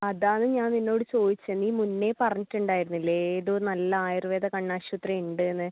അതാണ് ഞാൻ നിന്നോട് ചോദിച്ചത് നീ മുന്നേ പറഞ്ഞിട്ടുണ്ടായിരുന്നില്ലേ ഏതോ നല്ല ആയുർവേദ കണ്ണാശുപത്രി ഉണ്ട് എന്ന്